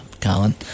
Colin